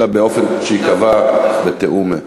אלא באופן שייקבע בתיאום.